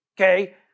okay